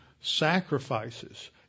sacrifices